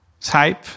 type